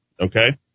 okay